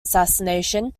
assassination